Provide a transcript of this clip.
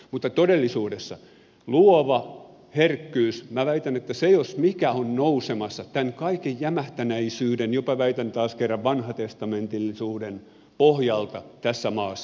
mutta todellisuudessa luova herkkyys minä väitän jos mikä on nousemassa tämän kaiken jämähtäneisyyden jopa väitän taas kerran et tä vanhatestamentillisuuden pohjalta tässä maassa